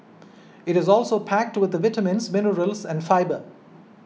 it is also packed with vitamins minerals and fibre